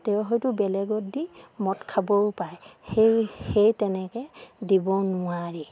তেওঁ হয়তো বেলেগত দি মত খাবও পাৰে সেই সেই তেনেকৈ দিব নোৱাৰি